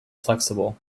flexible